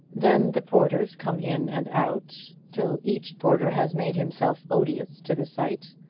then the porters come in and out, till each porter has made himself odious to the sight.